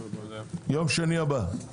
יום שני הבא,